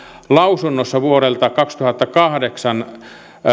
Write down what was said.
mietinnössä vuodelta kaksituhattakahdeksan